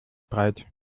breit